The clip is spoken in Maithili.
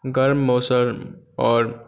गर्म मौसम आओर